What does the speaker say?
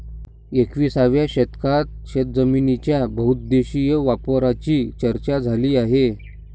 एकविसाव्या शतकात शेतजमिनीच्या बहुउद्देशीय वापराची चर्चा झाली आहे